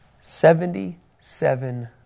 Seventy-seven